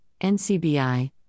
NCBI